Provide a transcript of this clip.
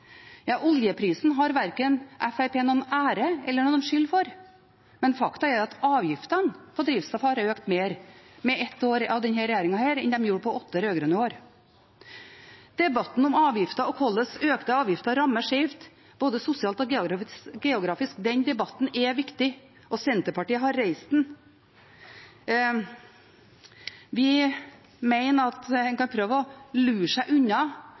Ja, oljeprisen har Fremskrittspartiet verken noen ære eller skyld for. Men faktum er at avgiftene på drivstoff har økt mer på ett år med denne regjeringen enn de gjorde på åtte rød-grønne år. Debatten om avgifter og hvordan økte avgifter rammer skjevt, både sosialt og geografisk, er viktig, og Senterpartiet har reist den. En kan prøve å lure seg unna